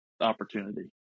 opportunity